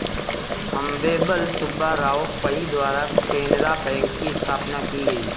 अम्मेम्बल सुब्बा राव पई द्वारा केनरा बैंक की स्थापना की गयी